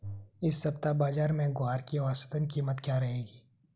इस सप्ताह बाज़ार में ग्वार की औसतन कीमत क्या रहेगी?